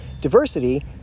diversity